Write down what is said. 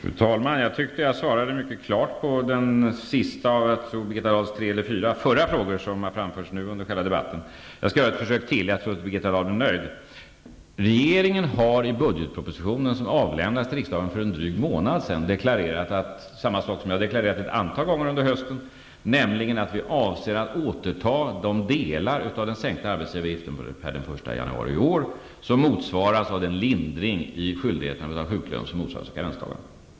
Fru talman! Jag tyckte att jag svarade mycket klart på den sista av de tre eller fyra frågor som Birgitta Dahl har framställt under debatten. Jag skall göra ett försök till, och jag tror att hon skall bli nöjd. Regeringen har i budgetpropositionen, som avlämnades till riksdagen för en månad sedan, deklarerat samma sak som jag har deklarerat ett antal gånger under hösten, nämligen att vi avser att återta de delar av den sänkta arbetsgivaravgiften per den 1 januari i år, som motsvaras av den lindring i skyldigheten att betala sjuklön som motsvaras av två karensdagar.